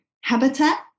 habitat